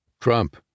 Trump